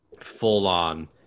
full-on